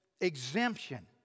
exemption